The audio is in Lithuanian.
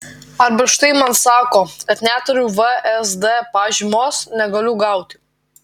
arba štai man sako kad neturiu vsd pažymos negaliu gauti